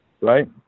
right